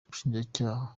ubushinjacyaha